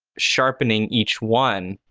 sharpening each one,